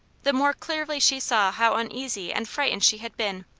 the more clearly she saw how uneasy and frightened she had been.